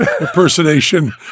impersonation